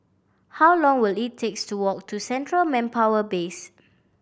how long will it takes to walk to Central Manpower Base